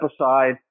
aside